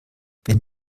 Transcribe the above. wenn